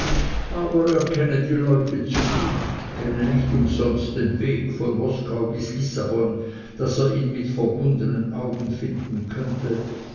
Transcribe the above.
aber er kenne die leute zu gut kenne nicht umsonst den weg von moskau bis lissabon daß er ihn mit verbundenen augen finden könnte